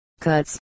Cuts